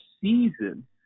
season